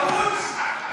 חמוץ?